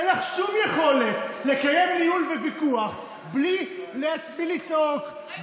אין לך שום יכולת לקבל ניהול וויכוח בלי לצעוק,